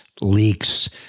leaks